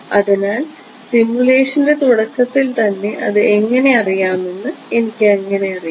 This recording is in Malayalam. അതിനാൽ സിമുലേഷന്റെ തുടക്കത്തിൽ തന്നെ അത് എങ്ങനെ അറിയാമെന്ന് എനിക്ക് എങ്ങനെ അറിയാം